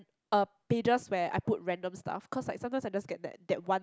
uh pages where I put random stuffs cause like sometimes I just get that that one